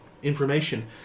information